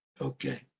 okay